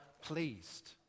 pleased